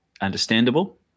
understandable